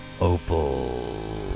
Opal